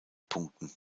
punkten